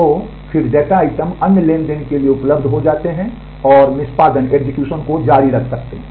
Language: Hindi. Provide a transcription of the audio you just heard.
तो फिर डेटा आइटम अन्य ट्रांज़ैक्शन के लिए उपलब्ध हो जाते हैं और निष्पादन को जारी रख सकते हैं